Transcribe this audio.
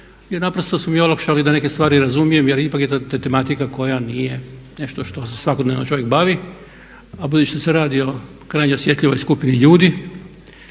Jer naprosto su mi olakšali da neke stvari razumijem, jer ipak je to tematika koja nije nešto što se svakodnevno čovjek bavi. A budući da se radi o krajnje osjetljivoj skupini ljudi